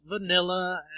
vanilla